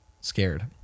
scared